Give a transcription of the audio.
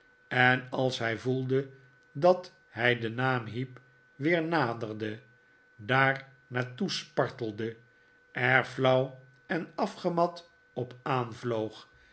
en als hij voelde dat hij den naam heep weer naderde daar naar toe spartelde er flauw en afgemat op aanvloog